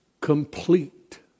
complete